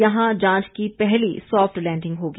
यहां जांच की पहली सॉफ्ट लैंडिंग होगी